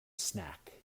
snack